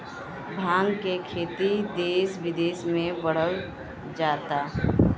भाँग के खेती देस बिदेस में बढ़ल जाता